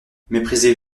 méprisez